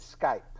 Skype